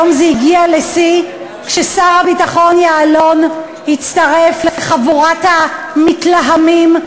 היום זה הגיע לשיא כששר הביטחון יעלון הצטרף לחבורת המתלהמים.